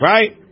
Right